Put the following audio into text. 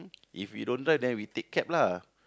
if we don't drive then we take cab lah